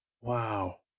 Wow